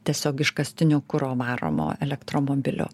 tiesiog iškastiniu kuro varomo elektromobilio